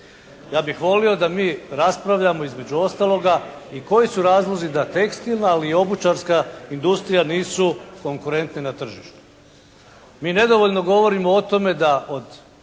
Ja bih volio da mi raspravljamo između ostaloga i koji su razlozi da tekstilna ali i obućarska industrija nisu konkurentne na tržištu. Mi nedovoljno govorimo o tome da od